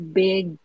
big